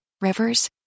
rivers